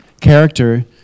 character